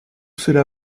cela